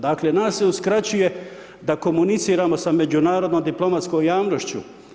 Dakle nas se uskraćuje da komuniciramo sa međunarodnom diplomatskom javnošću.